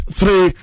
three